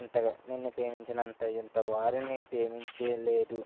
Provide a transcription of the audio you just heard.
ఎంత నిన్ను ప్రేమించినంత ఎంతవారిని ప్రేమించ లేదు